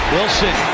Wilson